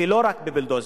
ולא רק בבולדוזרים.